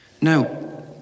No